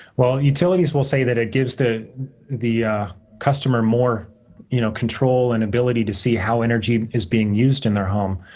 well, utilities will say that it gives the customer more you know control and ability to see how energy is being used in their home,